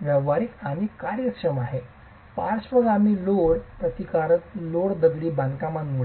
व्यावहारिक आणि कार्यक्षम आहे पार्श्वगामी लोड प्रतिरोधक लोड दगडी बांधकामांमुळे